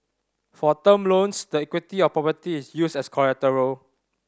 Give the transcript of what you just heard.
for term loans the equity of property is used as collateral